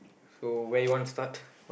so where you wanna start